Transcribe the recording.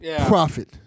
profit